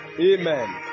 Amen